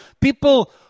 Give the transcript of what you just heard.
people